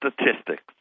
Statistics